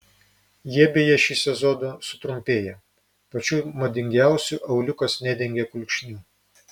jie beje šį sezoną sutrumpėja pačių madingiausių auliukas nedengia kulkšnių